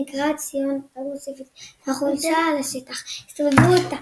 ונקודת ציון אסטרטגית החולשת על השטח הסובב אותה.